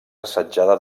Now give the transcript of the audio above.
assetjada